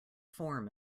form